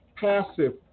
Passive